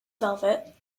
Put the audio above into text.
velvet